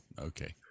okay